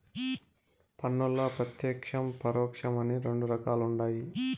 పన్నుల్ల ప్రత్యేక్షం, పరోక్షం అని రెండు రకాలుండాయి